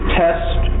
test